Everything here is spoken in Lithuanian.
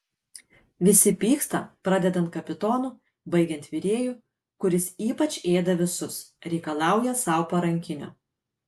visi pyksta pradedant kapitonu baigiant virėju kuris ypač ėda visus reikalauja sau parankinio